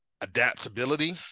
adaptability